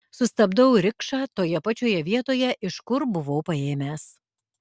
sustabdau rikšą toje pačioje vietoje iš kur buvau paėmęs